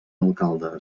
alcalde